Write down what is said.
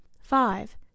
five